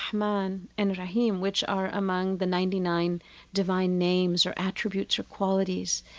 rahman and rahim, which are among the ninety nine divine names or attributes or qualities,